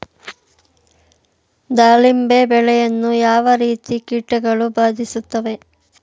ದಾಳಿಂಬೆ ಬೆಳೆಯನ್ನು ಯಾವ ರೀತಿಯ ಕೀಟಗಳು ಬಾಧಿಸುತ್ತಿವೆ?